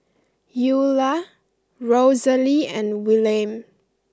Eula Rosalie and Willaim